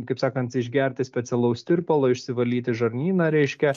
kaip sakant išgerti specialaus tirpalo išsivalyti žarnyną reiškia